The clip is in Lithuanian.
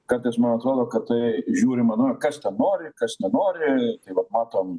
kartais man atrodo kad tai žiūrima na kas nori kas nenori tai vat matom